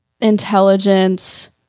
intelligence